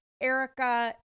Erica